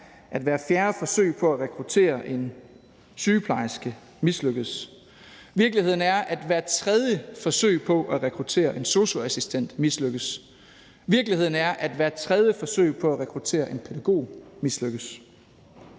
at hvert fjerde forsøg på at rekruttere en sygeplejerske mislykkes. Virkeligheden er, at hvert tredje forsøg på at rekruttere en sosu-assistent mislykkes. Virkeligheden er, at hvert tredje forsøg på at rekruttere en pædagog mislykkes.